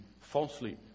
falsely